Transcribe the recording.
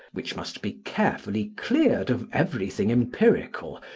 which must be carefully cleared of everything empirical,